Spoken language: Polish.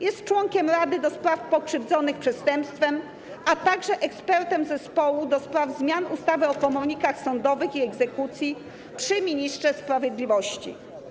Jest członkiem Rady do spraw Pokrzywdzonych Przestępstwem, a także ekspertem zespołu ds. zmian ustawy o komornikach sądowych i egzekucji przy ministrze sprawiedliwości.